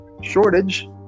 shortage